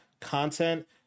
content